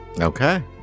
Okay